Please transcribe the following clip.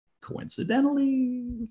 coincidentally